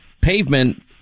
pavement